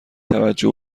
توجه